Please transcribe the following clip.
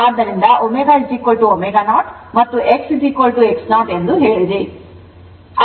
ಆದ್ದರಿಂದ ω ω0 ಮತ್ತು X X 0 ಎಂದು ಹೇಳಿದೆ